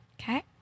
Okay